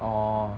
orh